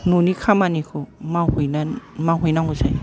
न'नि खामानिखौ मावहैनानै मावहैनांगौ जायो